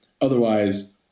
Otherwise